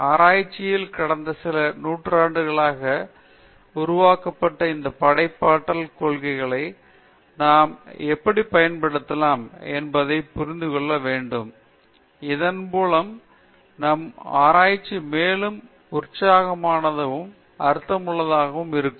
ஆராய்ச்சியில் கடந்த சில நூற்றாண்டுகளாக உருவாக்கப்பட்ட இந்த படைப்பாற்றல் கொள்கைகளை நாம் எப்படிப் பயன்படுத்தலாம் என்பதைப் புரிந்து கொள்ள வேண்டும் இதன் மூலம் நம் ஆராய்ச்சி மேலும் உற்சாகமானதாகவும் அர்த்தமுள்ளதாகவும் இருக்கும்